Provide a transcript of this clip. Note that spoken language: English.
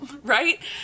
right